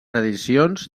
edicions